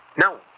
No